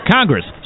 Congress